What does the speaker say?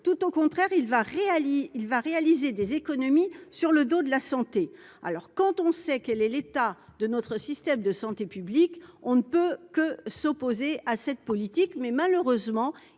tout au contraire, il va Real il va réaliser des économies sur le dos de la santé, alors quand on sait. Quel est l'état de notre système de santé publique, on ne peut que s'opposer à cette politique, mais malheureusement,